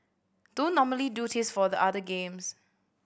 don't normally do this for the other games